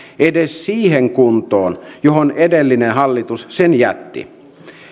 edes siihen kuntoon johon edellinen hallitus sen jätti